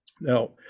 now